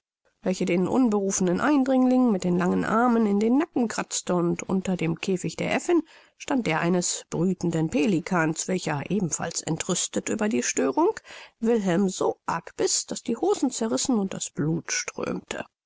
welche den unberufenen eindringling mit den langen armen in den nacken kratzte und unter dem käfig der aeffin stand der eines brütenden pelikans welcher ebenfalls entrüstet über die störung wilhelm so arg biß daß die hosen zerrissen und das blut strömte